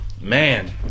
Man